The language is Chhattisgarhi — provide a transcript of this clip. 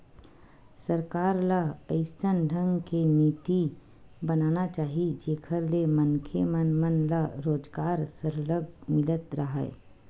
सरकार ल अइसन ढंग के नीति बनाना चाही जेखर ले मनखे मन मन ल रोजगार सरलग मिलत राहय